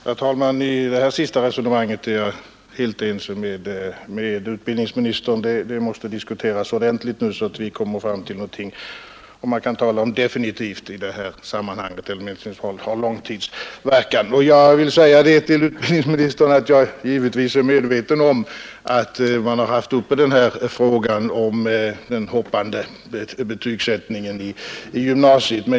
Herr talman! I det sista resonemanget är jag helt ense med utbildningsministern. Denna fråga måste nu diskuteras ordentligt, så att vi kommer fram till något definitivt, om man kan tala om definitivt i detta sammanhang, i varje fall till något som har långtidsverkan. Jag vill säga till utbildningsministern att jag givetvis är medveten om att man haft uppe i riksdagen frågan om den hoppande betygssättningen i gymnasiet.